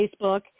Facebook